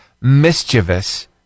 mischievous